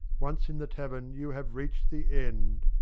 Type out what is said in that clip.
once in the tavern you have reached the end.